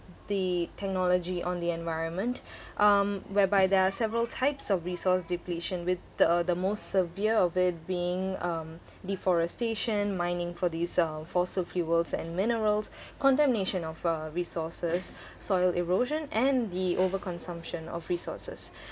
the technology on the environment um whereby there are several types of resource depletion with the the most severe of it being um deforestation mining for diesel fossil fuels and minerals contamination of uh resources soil erosion and the over consumption of resources